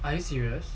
are you serious